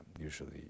usually